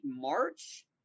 March